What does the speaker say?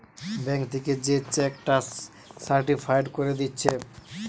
bank থিকে যে cheque টা সার্টিফায়েড কোরে দিচ্ছে